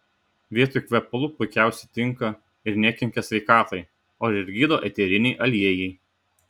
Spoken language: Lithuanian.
vietoj kvepalų puikiausiai tinka ir nekenkia sveikatai o ir gydo eteriniai aliejai